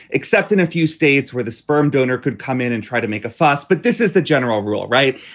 except in a few states where the sperm donor could come in and try to make a fuss. but this is the general rule, right?